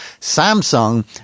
Samsung